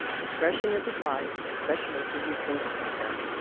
discretion is advised especially for you singles out there